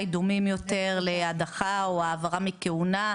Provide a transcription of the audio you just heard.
דומים יותר להדחה או העברה מכהונה,